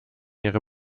ihre